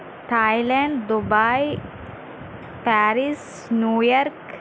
Thailand Dubai Paris New York